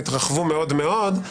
התרחבו מאוד מאוד,